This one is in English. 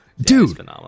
Dude